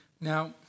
Now